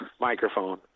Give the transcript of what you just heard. microphone